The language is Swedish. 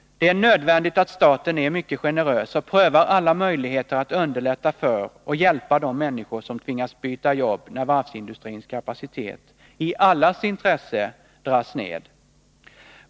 Det är nödvändigt att staten är mycket generös och prövar alla möjligheter att underlätta för och hjälpa de människor som tvingas byta jobb, när varvsindustrins kapacitet i allas intresse dras ned.